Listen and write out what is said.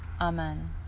Amen